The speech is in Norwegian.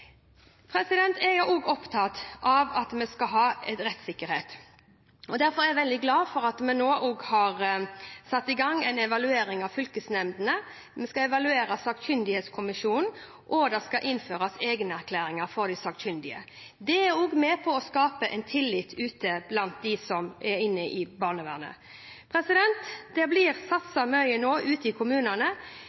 Jeg er òg opptatt av at vi skal ha rettssikkerhet. Derfor er jeg veldig glad for at vi nå òg har satt i gang en evaluering av fylkesnemndene. Vi skal evaluere sakkyndighetskommisjonen, og det skal innføres egenerklæringer for de sakkyndige. Det er òg med på å skape en tillit ute blant dem som er inne i barnevernet. Det blir satset mye nå ute i kommunene,